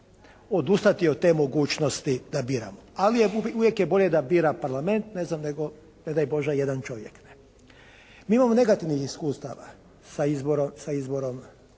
odustati od te mogućnosti da biramo, ali uvijek je bolje da bira Parlament ne znam nego ne daj Bože jedan čovjek. Mi imamo negativnih iskustava sa izborom